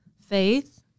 Faith